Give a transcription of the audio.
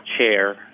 chair